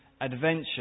adventure